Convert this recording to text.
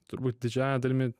turbūt didžiąja dalimi